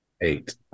Eight